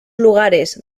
lugares